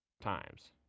times